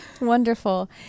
Wonderful